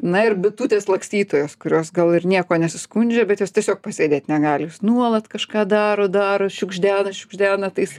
na ir bitutės lakstytojos kurios gal ir nieko nesiskundžia bet jos tiesiog pasėdėt negali jos nuolat kažką daro daro šiukšdena šukšdena tais